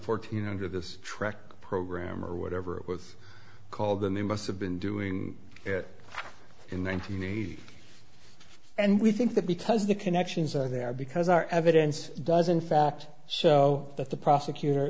fourteen under this track program or whatever it was called then they must have been doing it in one thousand eight and we think that because the connections are there because our evidence doesn't fact so that the prosecutor